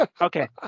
Okay